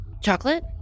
chocolate